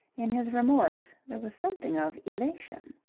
in his remorse there was something of elation.